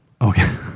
Okay